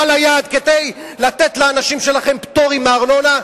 שאתם תנסו להגניב אליו מכל הבא ליד כדי לתת לאנשים שלכם פטורים מארנונה,